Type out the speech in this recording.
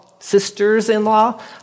sisters-in-law